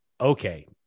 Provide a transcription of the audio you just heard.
okay